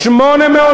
הסתיימה הסתיימה,